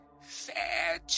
Fair